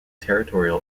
territorial